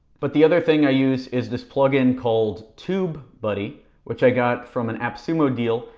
but the other thing i use is this plug-in called tube buddy which i got from an appsumo deal,